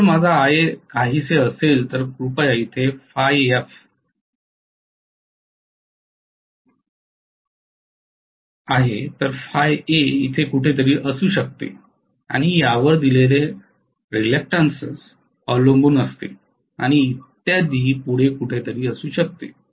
त्यामुळे जर माझा Ia काहीसे असे असेल तर कृपया इथे Φf आहे तर Φa इथे कुठेतरी असू शकते आणि यावर दिलेले रिलक्टेंटन्स अवलंबून असते आणि इत्यादी पुढे कुठेतरी असू शकते